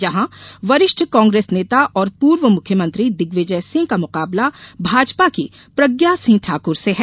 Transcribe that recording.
जहां वरिष्ठ कांग्रेस नेता और पूर्व मुख्यमंत्री दिग्विजयसिंह का मुकाबला भाजपा की प्रज्ञा सिंह ठाकुर से है